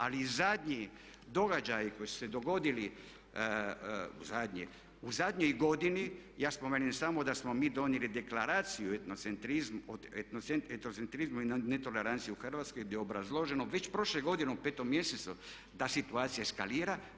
Ali i zadnji događaji koji su se dogodili u zadnjoj godini, ja spomenem samo da smo mi donijeli Deklaraciju o etnocentrizmu i netoleranciji u Hrvatskoj gdje je obrazloženo već prošle godine u 5. mjesecu da situacija eskalira.